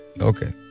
okay